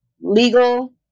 legal